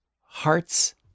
hearts